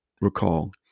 recall